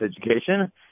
education